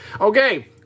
Okay